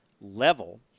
level